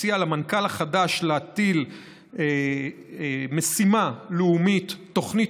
מציע למנכ"ל החדש להטיל משימה לאומית: תוכנית